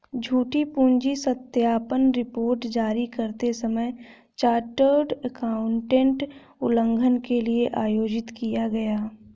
झूठी पूंजी सत्यापन रिपोर्ट जारी करते समय चार्टर्ड एकाउंटेंट उल्लंघन के लिए आयोजित किया गया